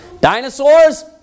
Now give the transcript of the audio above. dinosaurs